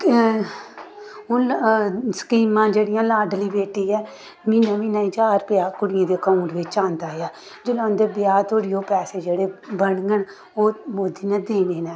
हून स्कीमां जेह्ड़ियां लाडली बेटी ऐ म्हीनै म्हीनै ज्हार रपेआ कुड़ियें दे अकाउंट बिच्च औंदा ऐ जेल्लै उं'दे ब्याह् धोड़ी ओह् पैसै जेह्ड़े बनङन ओह् मोदी ने देने न